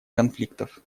конфликтов